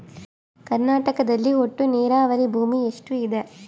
ಕರ್ನಾಟಕದಲ್ಲಿ ಒಟ್ಟು ನೇರಾವರಿ ಭೂಮಿ ಎಷ್ಟು ಇದೆ?